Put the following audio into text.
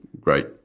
great